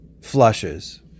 flushes